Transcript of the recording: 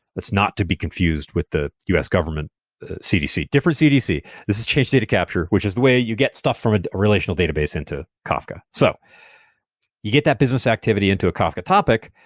it's not to be confused with the us government cdc. different cdc. this is change data capture, which is the way you get stuff from ah a relational database into kafka. so you get that business activity into a kafka topic,